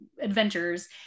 adventures